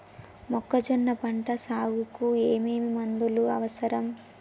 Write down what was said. మొక్కజొన్న పంట సాగుకు ఏమేమి మందులు అవసరం?